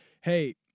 hey